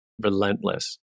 relentless